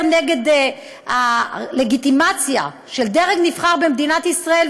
נגד הלגיטימציה של דרג נבחר במדינת ישראל,